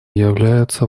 являются